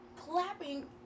Clapping